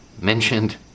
mentioned